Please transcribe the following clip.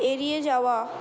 এড়িয়ে যাওয়া